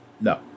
no